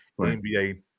NBA